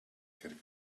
getting